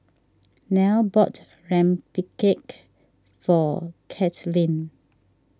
Nelle bought Rempeyek for Kaitlin